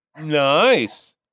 nice